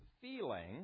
feeling